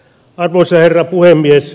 arvoisa herra puhemies